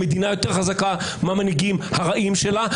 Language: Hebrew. המדינה יותר חזקה מהמנהיגים הרעים שלה.